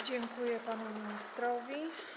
Dziękuję panu ministrowi.